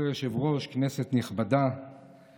אנחנו